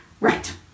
right